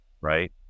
right